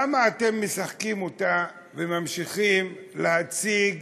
למה אתם משחקים אותה וממשיכים להציג